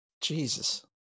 Jesus